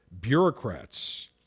bureaucrats